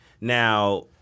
Now